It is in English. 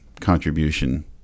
contribution